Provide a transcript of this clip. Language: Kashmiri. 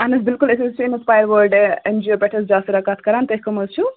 اَہن حظ بَلکُل أسۍ حظ چھِ اِنَسپایَر وٲلڈٕ اٮ۪ن جی او پٮ۪ٹھ حظ جاسِرا کَتھ کَران تُہۍ کَم حظ چھُو